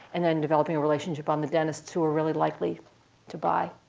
and then developing a relationship on the dentists who ah really likely to buy.